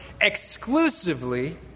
exclusively